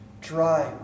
dry